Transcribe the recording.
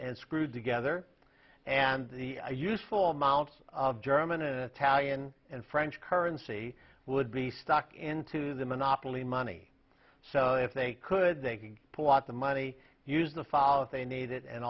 and screwed together and used for mounts of german and italian and french currency would be stuck into the monopoly money so if they could they could pull out the money use the fall if they need it and